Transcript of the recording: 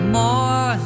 more